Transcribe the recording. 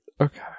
okay